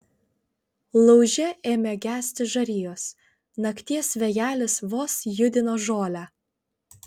lauže ėmė gesti žarijos nakties vėjelis vos judino žolę